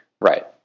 Right